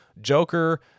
Joker